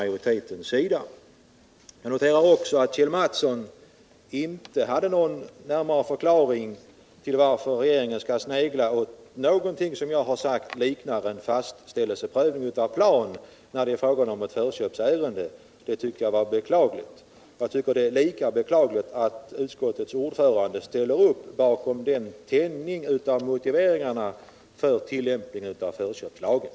Jag noterar också att Kjell Mattsson inte hade någon närmare förklaring till varför regeringen skall snegla åt någonting som jag har sagt liknar en fastställelseprövning av plan när det är fråga om ett förköpsärende. Det tycker jag var beklagligt. Jag tycker att det är lika beklagligt att utskottets ordförande ställer upp bakom tänjningen av motiveringarna för tillämpningen av förköpslagen.